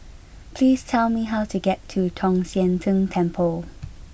please tell me how to get to Tong Sian Tng Temple